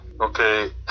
Okay